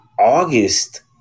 August